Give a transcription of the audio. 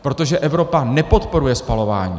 Protože Evropa nepodporuje spalování!